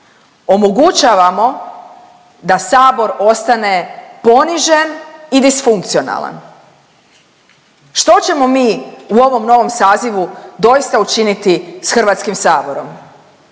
omogućavamo da Sabor ostane ponižen i disfunkcionalan. Što ćemo mi u ovom novom sazivu doista učiniti sa Hrvatskim saborom?